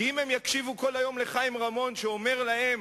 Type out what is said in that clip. כי אם הם יקשיבו כל היום לחיים רמון שאומר להם: